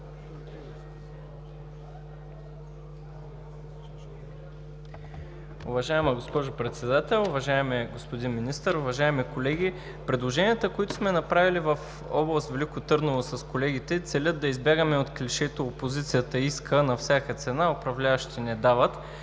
Уважаема госпожо Председател, уважаеми господин Министър, уважаеми колеги! Предложенията, които сме направили за област Велико Търново с колегите, целят да избягаме от клишето „Опозицията иска на всяка цена – управляващите не дават“.